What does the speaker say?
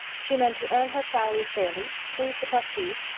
she meant to earn her salary fairly, please the trustees,